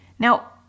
Now